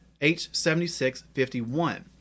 h7651